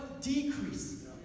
decrease